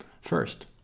first